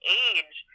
age